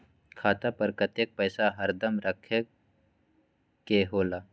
खाता पर कतेक पैसा हरदम रखखे के होला?